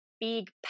big